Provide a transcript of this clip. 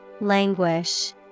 Languish